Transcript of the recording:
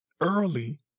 early